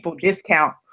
discount